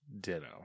Ditto